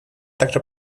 также